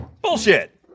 Bullshit